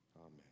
Amen